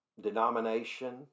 Denomination